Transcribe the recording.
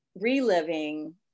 reliving